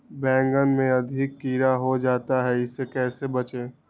बैंगन में अधिक कीड़ा हो जाता हैं इससे कैसे बचे?